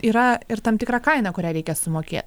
yra ir tam tikra kaina kurią reikia sumokėt